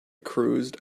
cruised